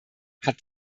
hat